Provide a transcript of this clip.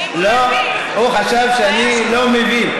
הוא חשב שאני לא מבין,